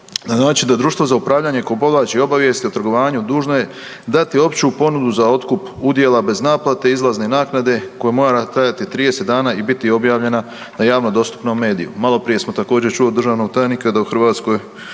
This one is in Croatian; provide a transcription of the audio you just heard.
način da društvo za upravljanje koje povlači obavijest o trgovanju dužno je dati opću ponudu za otkup udjela bez naplate, izlazne naknade koja mora trajati 30 dana i biti objavljena na javno dostupnom mediju. Maloprije smo također čuo od državnog tajnika da u Hrvatskoj